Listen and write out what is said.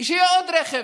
עוד רכב.